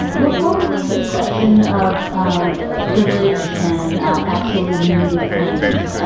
before we leave this question of um ah privilege and absolute immunity claims.